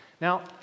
Now